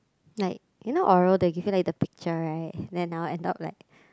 like you know oral you that give you like the picture right then now and talk like